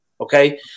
Okay